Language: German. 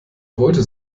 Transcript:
wollte